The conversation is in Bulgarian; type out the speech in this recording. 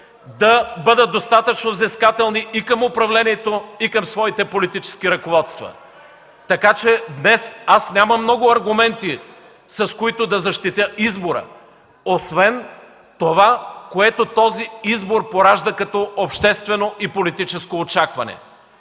да бъдат достатъчно взискателни и към управлението, и към своите политически ръководства. Днес аз нямам много аргументи, с които да защитя избора, освен това, което този избор поражда като обществено и политическо очакване.